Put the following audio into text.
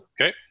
Okay